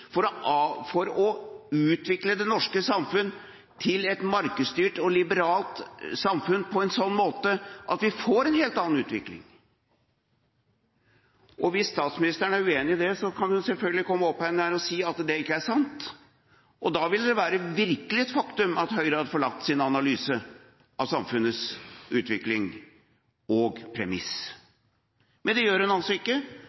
for å utvikle det norske samfunn til et markedsstyrt og liberalt samfunn på en sånn måte at vi får en helt annen utvikling. Hvis statsministeren er uenig i det, kan hun selvfølgelig komme opp hit igjen og si at det ikke er sant, og da vil det virkelig være et faktum at Høyre har forlatt sin analyse av samfunnets utvikling og premiss. Men det gjør hun altså ikke,